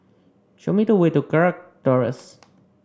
show me the way to Kirk Terrace